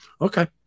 Okay